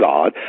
God